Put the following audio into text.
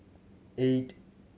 eight